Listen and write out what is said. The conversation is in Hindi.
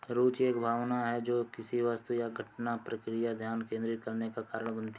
रूचि एक भावना है जो किसी वस्तु घटना या प्रक्रिया पर ध्यान केंद्रित करने का कारण बनती है